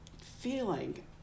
feeling